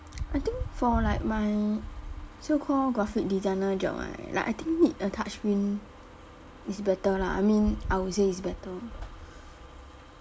I think for like my so called graphic designer job right like I think need a touchscreen is better lah I mean I would say is better